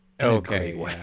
Okay